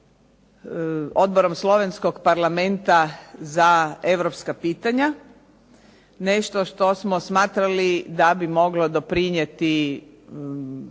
Odborom slovenskog parlamenta za europska pitanja, nešto što smo smatrali da bi moglo doprinijeti